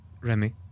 Remy